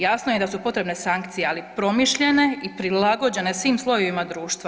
Jasno je da su potrebne sankcije, ali promišljene i prilagođene svim slojevima društva.